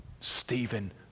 Stephen